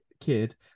kid